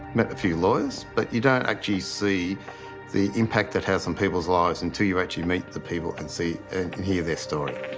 met a few lawyers, but you don't actually see the impact it has on people's lives until you actually meet the people and and hear their story.